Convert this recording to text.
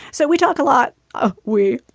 so we talk a lot. ah we